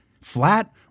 Flat